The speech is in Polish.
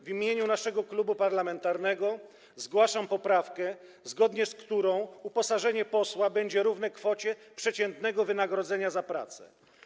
W imieniu naszego klubu zgłaszam poprawkę, zgodnie z którą uposażenie posła będzie równe kwocie przeciętnego wynagrodzenia za pracę.